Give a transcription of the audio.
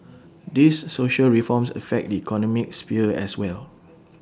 these social reforms affect the economic sphere as well